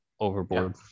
overboard